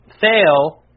fail